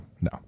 no